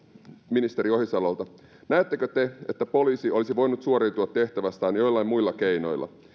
ministeri ohisalolta näettekö te että poliisi olisi voinut suoriutua tehtävästään joillain muilla keinoilla